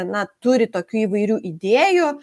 na turi tokių įvairių idėjų